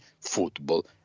football